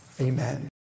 Amen